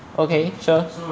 okay sure